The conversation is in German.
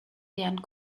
deren